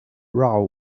row